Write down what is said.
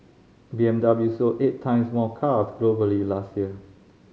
B M W sold eight times more cars globally last year